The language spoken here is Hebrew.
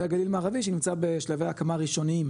וגליל מערבי שנמצא בשלבי הקמה ראשוניים